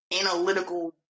analytical